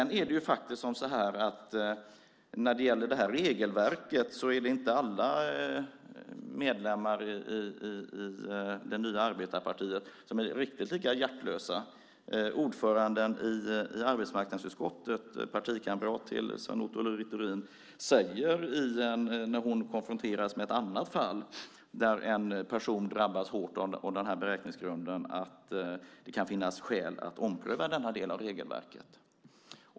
När det gäller regelverket är det inte alla medlemmar i det nya arbetarpartiet som är riktigt lika hjärtlösa. Ordföranden i arbetsmarknadsutskottet, partikamrat till Sven Otto Littorin, säger när hon konfronteras med ett annat fall där en person drabbas hårt av beräkningsgrunden att det kan finnas skäl att ompröva denna del av regelverket.